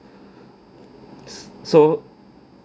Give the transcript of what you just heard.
so